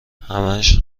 همش